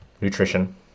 nutrition